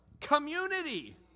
community